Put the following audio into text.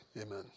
amen